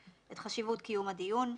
את חשיבות קיום הדיון,